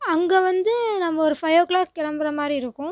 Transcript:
அங்கே வந்து நம்ம ஒரு ஃபைவ் ஓ கிளாக் கிளம்புற மாதிரி இருக்கும்